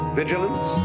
vigilance